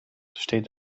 steht